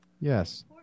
Yes